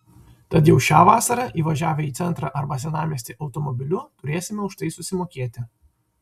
tad jau šią vasarą įvažiavę į centrą arba senamiestį automobiliu turėsime už tai susimokėti